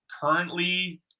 currently